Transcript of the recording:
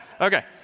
Okay